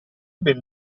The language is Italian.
ben